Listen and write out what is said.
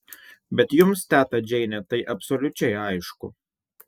bet jums teta džeine tai absoliučiai aišku